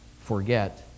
forget